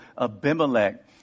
Abimelech